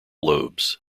lobes